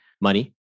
money